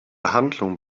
handlung